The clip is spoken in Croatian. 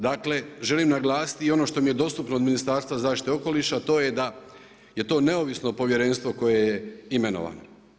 Dakle, želim naglasiti i ono što mi je dostupno od Ministarstva zaštite okoliša, to je da je to neovisno povjerenstvo koje imenovano.